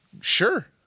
sure